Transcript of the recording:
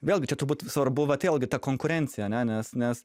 vėlgi čia turbūt svarbu bet vėlgi ta konkurencija ane nes nes